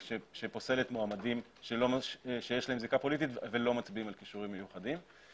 שפוסלת מועמדים שיש להם זיקה פוליטית ולא מצביעים על כישורים מיוחדים,